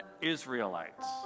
Israelites